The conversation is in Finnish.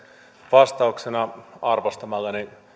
vastauksena arvostamalleni